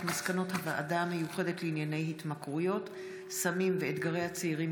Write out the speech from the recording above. הוועדה המוסמכת לדון בהצעת החוק היא ועדת הפנים והגנת הסביבה.